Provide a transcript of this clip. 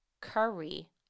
Curry